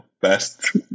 best